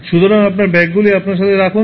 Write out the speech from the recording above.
সুতরাং আপনার ব্যাগগুলি আপনার সাথে রাখুন